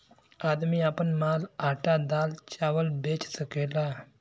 आदमी आपन माल आटा दाल चावल बेच सकेला